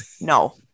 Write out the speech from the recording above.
no